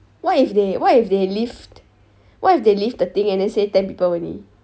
what if they what if they lift what if they lift the thing and then say ten people only